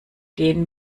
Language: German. gehen